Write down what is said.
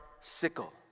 sickle